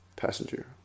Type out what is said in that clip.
Passenger